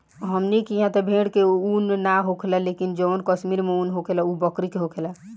हमनी किहा त भेड़ के उन ना होखेला लेकिन जवन कश्मीर में उन होखेला उ बकरी के होखेला